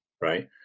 right